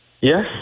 Yes